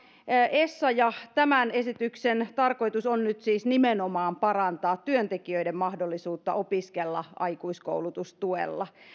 essayah tämän esityksen tarkoitus on nyt siis nimenomaan parantaa työntekijöiden mahdollisuutta opiskella aikuiskoulutustuella